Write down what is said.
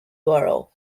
borough